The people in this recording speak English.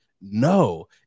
no